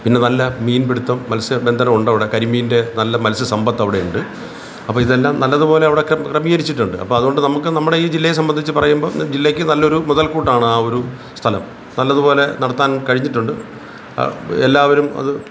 പിന്നെ നല്ല മീൻപിടുത്തം മത്സ്യബന്ധനം ഉണ്ട് അവിടെ കരിമീൻ്റെ നല്ല മത്സ്യ സമ്പത്ത് അവിടെ ഉണ്ട് അപ്പോൾ ഇതെല്ലാം നല്ലതുപോലെ അവിടെ ക്രമീകരിച്ചിട്ടുണ്ട് അപ്പോൾ അതുകൊണ്ട് നമുക്ക് നമ്മുടെ ഈ ജില്ലയെ സംബന്ധിച്ച് പറയുമ്പം ജില്ലയ്ക്ക് നല്ലൊരു മുതൽക്കൂട്ടാണ് ആ ഒരു സ്ഥലം നല്ലതുപോലെ നടത്താൻ കഴിഞ്ഞിട്ടുണ്ട് എല്ലാവരും അത്